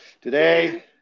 Today